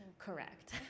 Correct